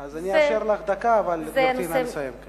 אני אאפשר לך דקה, אבל, גברתי, נא לסיים.